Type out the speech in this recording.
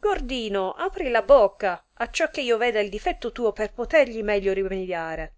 gordino apri la bocca acciò che io veda il diffetto tuo per potergli meglio rimediare